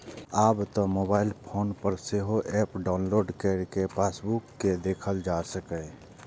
आब तं mobile phone पर सेहो एप डाउलोड कैर कें पासबुक कें देखल जा सकैए